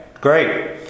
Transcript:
Great